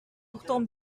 pourtant